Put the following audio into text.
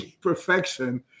perfection